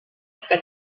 que